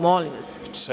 Molim vas.